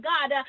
God